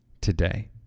today